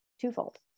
twofold